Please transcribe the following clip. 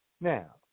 Now